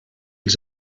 els